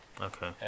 okay